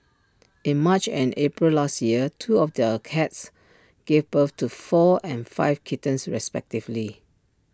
in March and April last year two of their cats gave birth to four and five kittens respectively